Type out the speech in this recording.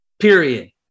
Period